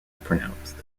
pronounced